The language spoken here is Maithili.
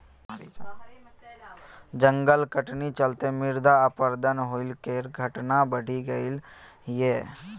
जंगल कटनी चलते मृदा अपरदन होइ केर घटना बढ़ि गेलइ यै